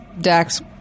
Dax